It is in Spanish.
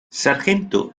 sargento